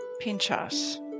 Pinchas